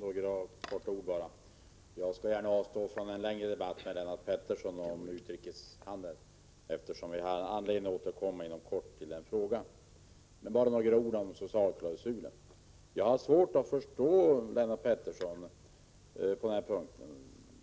Herr talman! Jag skall gärna avstå från en längre debatt med Lennart — 15 december 1987 Pettersson om utrikeshandeln, eftersom vi har anledning att återkomma = Jo do inom kort till den frågan. Men låt mig säga några ord om socialklausulen. Jag har svårt att förstå Lennart Pettersson på den punkten.